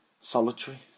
solitary